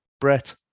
Brett